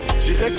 Direct